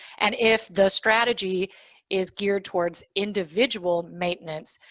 and if the strategy is geared towards individual maintenance,